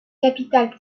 capitale